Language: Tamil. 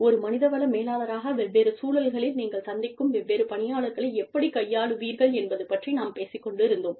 ஒரு மனித வள மேலாளராக வெவ்வேறு சூழல்களில் நீங்கள் சந்திக்கும் வெவ்வேறு பணியாளர்களை எப்படி கையாளுவீர்கள் என்பது பற்றி நாம் பேசிக் கொண்டிருந்தோம்